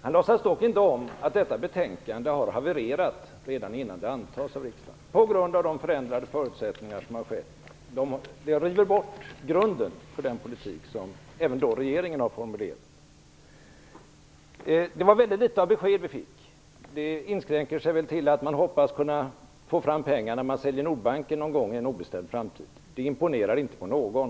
Han låtsas dock inte om att detta betänkande har havererat redan innan det antas av riksdagen, på grund av de ändrade förutsättningarna. Detta river bort grunden för den politik som även regeringen har formulerat. Det var inte många besked vi fick. De inskränker sig till att man hoppas kunna få fram pengar när man säljer Nordbanken någon gång i en obestämd framtid. Det imponerar inte på någon.